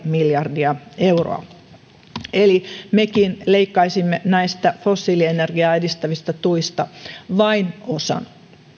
miljardia euroa eli mekin leikkaisimme näistä fossiilienergiaa edistävistä tuista vain osan